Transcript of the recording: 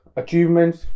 achievements